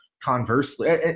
Conversely